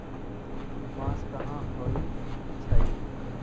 बांस कहाँ होई छई